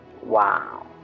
Wow